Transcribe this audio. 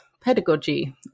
pedagogy